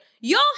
y'all